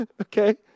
okay